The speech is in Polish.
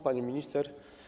Pani Minister!